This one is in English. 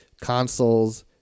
consoles